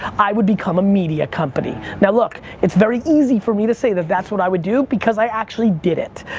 i would become a media company. now look, it's very easy for me to say that that's what i would do because i actually did it.